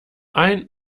ein